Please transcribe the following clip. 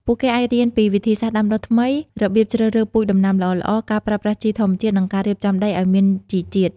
ពួកគេអាចរៀនពីវិធីសាស្ត្រដាំដុះថ្មី របៀបជ្រើសរើសពូជដំណាំល្អៗ ការប្រើប្រាស់ជីធម្មជាតិ និងការរៀបចំដីឲ្យមានជីជាតិ។